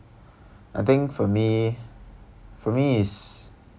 I think for me for me is